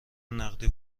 نقدی